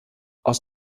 aus